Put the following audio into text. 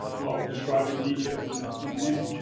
who i'll describe in detail in in a minute,